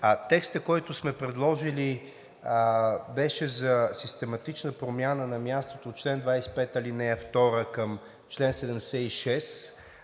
текстът, който сме предложили, беше за систематична промяна на мястото от чл. 25, ал. 2 към чл. 76,